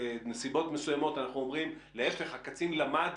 שבנסיבות מסוימות אנחנו אומרים שהקצין למד,